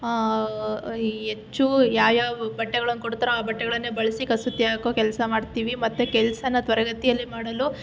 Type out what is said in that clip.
ಹೆಚ್ಚು ಯಾವ್ಯಾವ ಬಟ್ಟೆಗಳನ್ನು ಕೊಡ್ತಾರೋ ಆ ಬಟ್ಟೆಗಳನ್ನೇ ಬಳಸಿ ಕಸೂತಿ ಹಾಕೋ ಕೆಲಸ ಮಾಡ್ತೀವಿ ಮತ್ತೆ ಕೆಲಸನ ತ್ವರಿತಗತಿಯಲ್ಲಿ ಮಾಡಲು